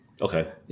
Okay